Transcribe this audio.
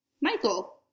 Michael